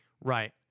Right